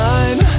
Time